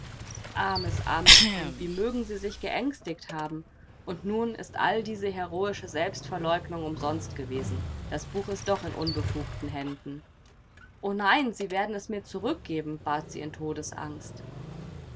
armes armes kind wie mögen sie sich geängstigt haben und nun ist all diese heroische selbstverleugnung umsonst gewesen das buch ist doch in unbefugten händen o nein sie werden es mir zurückgeben bat sie in todesangst